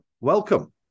welcome